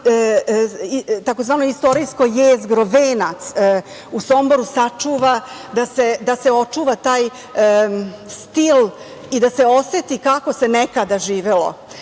takozvano istorijsko jezgro, Venac u Somboru sačuva, da se očuva taj stil i da se oseti kako se nekada živelo. Pozivam